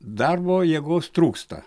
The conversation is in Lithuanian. darbo jėgos trūksta